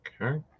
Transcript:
Okay